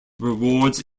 rewards